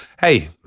hey –